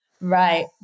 Right